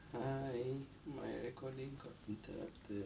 hi my recording got interrupted